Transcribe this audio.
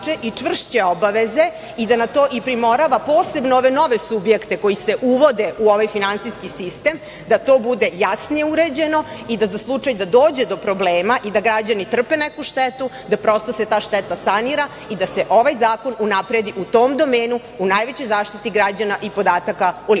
i čvršće obaveze i da na to primorava posebno ove nove subjekte koji se uvode u ovaj finansijski sistem, da to bude jasnije uređeno i da za slučaj da dođe do problema i da građani trpe neku štetu, da prosto se ta šteta sanira i da se ovaj zakon unapredi u tom domenu u najvećoj zaštiti građana i podataka o